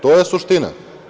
To je suština.